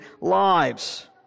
lives